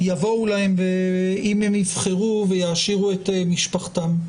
שיבואו להם אם הם יבחרו ויעשירו את משפחתם.